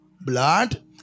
Blood